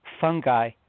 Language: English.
fungi